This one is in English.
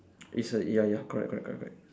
it's a ya ya correct correct correct correct